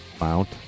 Mount